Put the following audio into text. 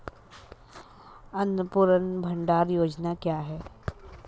अन्नपूर्णा भंडार योजना क्या है?